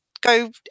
go